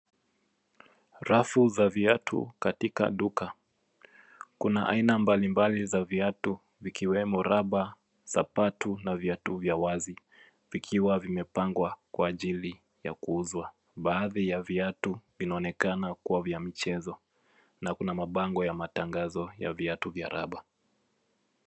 Rafu za viatu katika duka, kuna aina mbali mbali za viatu vikiwemo raba, sapatu na viatu vya wazi vikiwa vimepangwa kwa ajili ya kuuzwa. Baadhi ya viatu inaonekana kua vya mchezo na kuna mabango ya matangazo ya viatu vya raba.